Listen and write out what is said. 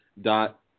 dot